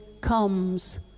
comes